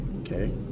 Okay